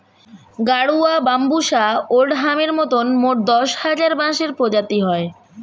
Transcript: গাডুয়া, বাম্বুষা ওল্ড হামির মতন মোট দশ হাজার বাঁশের প্রজাতি হয়